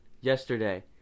yesterday